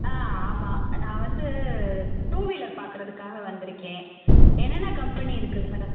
ஆ ஆமாம் நான் வந்து டூவீலர் பாக்குறதுக்காக வந்திருக்கேன் என்னென்ன கம்பெனி இருக்குது மேடம்